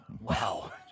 Wow